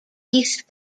east